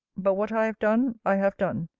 but what i have done, i have done.